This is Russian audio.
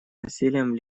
насилием